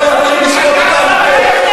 לא היו באים לשחוט אותנו פה.